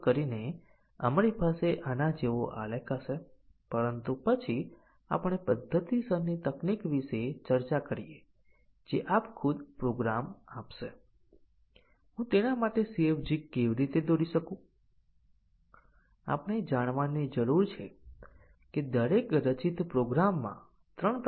બીજા શબ્દોમાં કહીએ તો બેઝીક કન્ડીશનની કવરેજ ખૂબ સરળ ટેસ્ટીંગ હોવા છતાં ખૂબ જ સાહજિક રીતે સરળ ટેસ્ટીંગ તકનીક છે પરંતુ તે ખૂબ જ નબળી ટેસ્ટીંગ છે